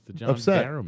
upset